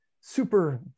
super